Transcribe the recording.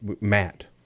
Matt